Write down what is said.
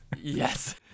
Yes